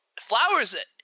flowers